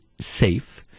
safe